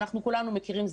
כולנו מכירים,